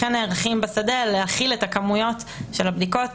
לכן נערכים בשדה להכיל את הכמויות של הבדיקות